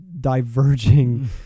diverging